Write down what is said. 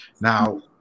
Now